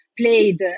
played